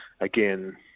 Again